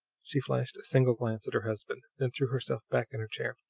she flashed a single glance at her husband, then threw herself back in her chair.